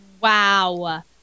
Wow